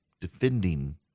defending